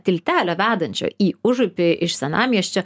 tiltelio vedančio į užupį iš senamiesčio